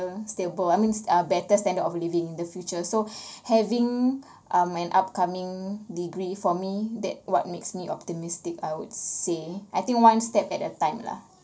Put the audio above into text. stable I mean better standard of living in the future so having um an upcoming degree for me that what makes me optimistic I would say I think one step at a time lah